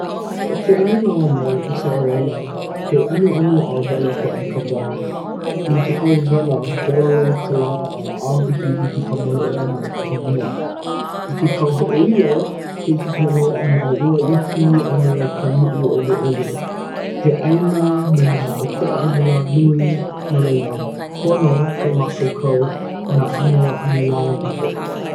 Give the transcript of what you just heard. ʻO ka anilā ma ʻIsaraʻela, he ʻanuʻu a wela hoʻi ka wā. I ke kau wela, wela loa ka lā a ʻāwikiwiki ka maloʻo ʻana o ka honua. I ke kau hoʻoilo, hiki ke loaʻa nā ua iki a me ka nuʻu ʻoluʻolu. He ʻāina me nā ʻokoʻa anilā nui, no laila pono ke mākaukau i nā ʻano anilā like ʻole.